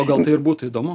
o gal tai ir būtų įdomu